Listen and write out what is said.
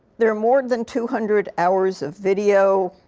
there are more than two hundred hours of video.